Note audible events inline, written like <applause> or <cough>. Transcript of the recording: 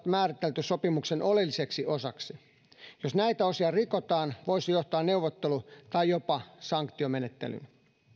<unintelligible> määritelty sopimuksen oleelliseksi osaksi jos näitä osia rikotaan voi se johtaa neuvottelu tai jopa sanktiomenettelyyn